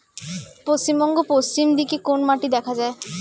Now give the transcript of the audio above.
পশ্চিমবঙ্গ পশ্চিম দিকে কোন মাটি দেখা যায়?